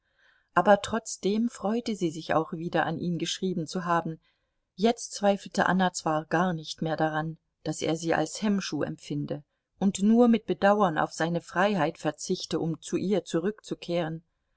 aber trotzdem freute sie sich auch wieder an ihn geschrieben zu haben jetzt zweifelte anna zwar gar nicht mehr daran daß er sie als hemmschuh empfinde und nur mit bedauern auf seine freiheit verzichte um zu ihr zurückzukehren